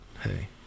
hey